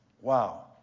Wow